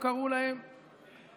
קראו להן בזמנו,